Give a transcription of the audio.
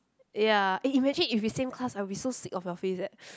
ya eh imagine if we same class I will be so sick of your face eh